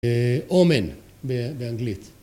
אומן, באנגלית.